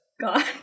God